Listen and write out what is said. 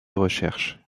recherche